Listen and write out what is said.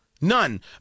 None